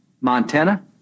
Montana